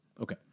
Okay